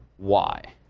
why?